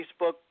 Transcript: Facebook